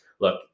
Look